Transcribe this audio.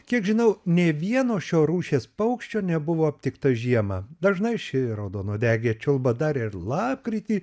kiek žinau ne vieno šio rūšies paukščio nebuvo aptikta žiemą dažnai ši raudonuodegė čiulba dar ir lapkritį